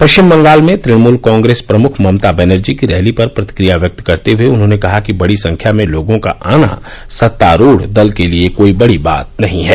पश्चिम बंगाल में तृणमूल कांग्रेस प्रमुख ममता बैनर्जी की रैली पर प्रतिक्रिया व्यक्त करते हुए उन्होंने कहा कि बड़ी संख्या में लोगों का आना सत्तारूढ़ दल के लिए कोई बड़ी बात नहीं है